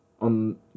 on